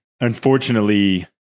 Unfortunately